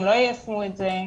הם לא יישמו את זה?